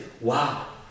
wow